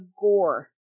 gore